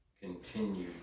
continue